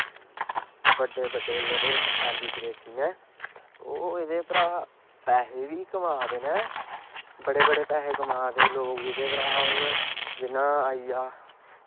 बड्डे बड्डे जेह्ड़े सैलिब्रिटी न ओह् एह्दे परा दा पैहे बी कमा दे नै बड़े बड़े पैहे कमा दे हून जि'यां आइया